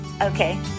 Okay